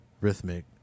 rhythmic